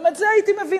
גם את זה הייתי מבינה,